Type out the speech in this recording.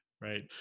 right